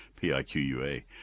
P-I-Q-U-A